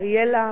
אריאלה,